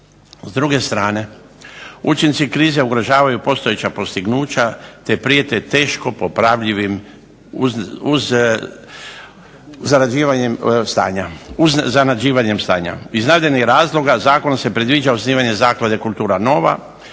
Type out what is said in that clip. S druge strane učinci krize ugrožavaju postojeća postignuća te prijete teško popravljivim uz …/Govornik se ne razumije./… stanja. Iz navedenih razloga zakonom se predviđa osnivanje zaklade kultura nova,